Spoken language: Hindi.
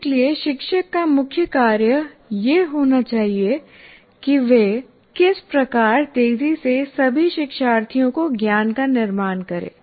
इसलिए शिक्षक का मुख्य कार्य यह होना चाहिए कि वे किस प्रकार तेजी से सभी शिक्षार्थियों के ज्ञान का निर्माण करें